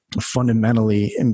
fundamentally